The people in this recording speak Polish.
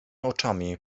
oczami